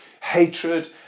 hatred